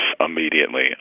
immediately